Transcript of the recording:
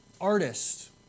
artist